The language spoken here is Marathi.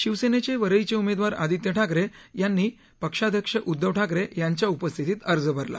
शिवसेनेचे वरळीचे उमेदवार आदित्य ठाकरे यांनी पक्षाध्यक्ष उद्धव ठाकरे यांच्या उपस्थितीत अर्ज अरला